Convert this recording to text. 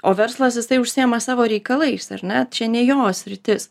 o verslas jisai užsiima savo reikalais ar ne čia ne jo sritis